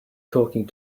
talking